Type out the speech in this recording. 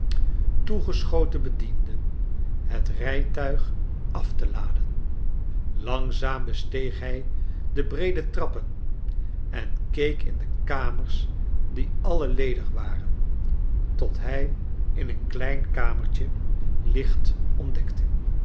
geschoten bedienden het rijtuig af te laden langzaam besteeg hij de breede trappen en keek in de kamers die alle ledig waren tot hij in een klein kamertje licht ontdekte